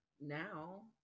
Now